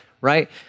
right